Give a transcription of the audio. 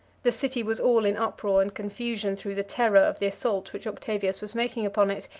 the city was all in uproar and confusion through the terror of the assault which octavius was making upon it,